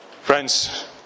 Friends